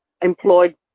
employed